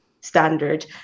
standard